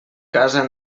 casa